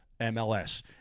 MLS